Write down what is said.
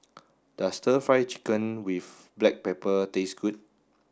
does stir fried chicken with black pepper taste good